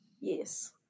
Yes